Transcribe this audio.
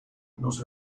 not